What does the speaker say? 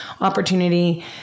opportunity